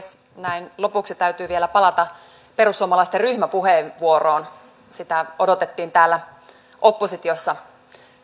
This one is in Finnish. näin lopuksi täytyy vielä palata perussuomalaisten ryhmäpuheenvuoroon sitä odotettiin täällä oppositiossa